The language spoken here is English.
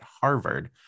Harvard